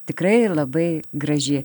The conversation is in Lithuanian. tikrai labai graži